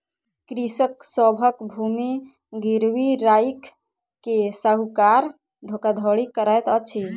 कृषक सभक भूमि गिरवी राइख के साहूकार धोखाधड़ी करैत अछि